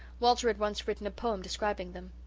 walter had once written a poem describing them.